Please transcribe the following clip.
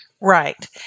Right